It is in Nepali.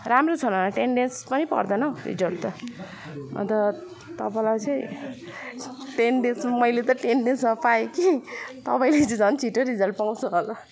राम्रो छ नाना टेन डेज पनि पर्दैन हो रिजल्ट त म त तपाईँलाई चाहिँ टेन डेजमा मैले त टेन डेजमा पाएँ कि तपाईँले चाहिँ झन् छिटो रिजल्ट पाउँछ होला